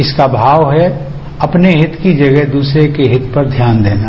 इसका भाव है अपने हित की जगह दूसरे के हित पर ध्यान देना